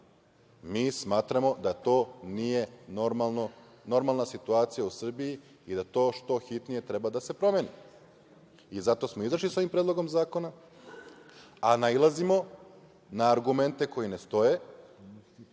smatramo da to nije normalna situacija u Srbiji i da to što hitnije treba da se promeni. Zato smo izašli sa ovim predlogom zakona, a nailazimo na argumente koji ne stoje